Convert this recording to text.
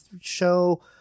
show